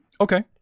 Okay